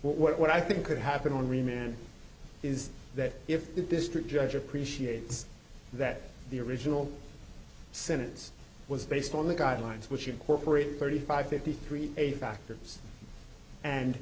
that what i think could happen on remand is that if the district judge appreciates that the original sentence was based on the guidelines which incorporated thirty five fifty three eight factors and